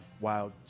wild –